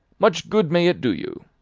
much good may it do you!